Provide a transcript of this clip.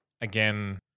Again